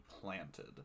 planted